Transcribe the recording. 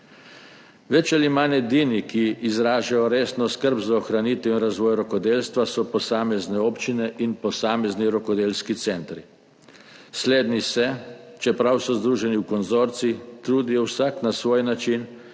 Več ali manj edini, ki izražajo resno skrb za ohranitev in razvoj rokodelstva, so posamezne občine in posamezni rokodelski centri. Slednji se, čeprav so združeni v konzorcij, trudijo vsak na svoj način